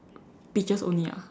peaches only ah